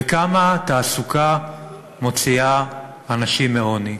וכמה תעסוקה מוציאה אנשים מעוני,